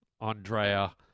Andrea